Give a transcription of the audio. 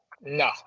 no